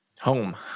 home